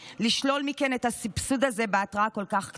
לשלול מכן את הסבסוד הזה בהתראה כל כך קצרה.